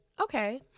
Okay